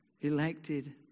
elected